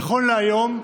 נכון להיום,